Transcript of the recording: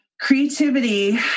creativity